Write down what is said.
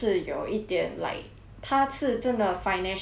他次真的 financial 可以 support 他这样的 lah